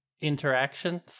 interactions